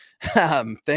Thank